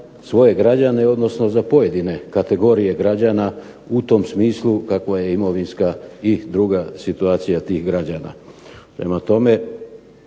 svoje građane, odnosno za pojedine kategorije građana u tom smislu kakva je imovinska i druga situacija tih građana. Prema tome,